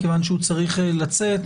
מכיוון שהוא צריך לצאת.